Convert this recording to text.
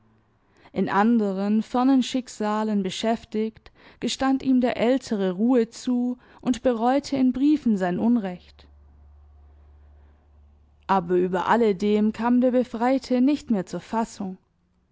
in anderen fernen schicksalen beschäftigt gestand ihm der ältere ruhe zu und bereute in briefen sein unrecht aber über alledem kam der befreite nicht mehr zur fassung